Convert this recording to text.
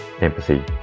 empathy